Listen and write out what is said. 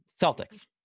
Celtics